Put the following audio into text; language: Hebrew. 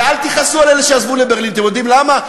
ואל תכעסו על אלה שעזבו לברלין, אתם יודעים למה?